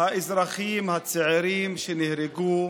האזרחים הצעירים שנהרגו,